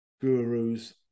Gurus